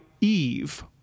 Eve